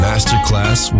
Masterclass